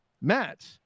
Matt